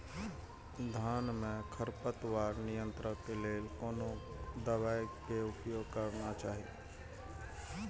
धान में खरपतवार नियंत्रण के लेल कोनो दवाई के उपयोग करना चाही?